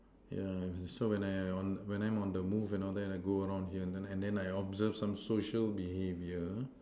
yeah so when I on when I'm on the move and all that I go around here and then I observe some social behaviour